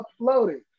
uploaded